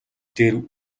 дээр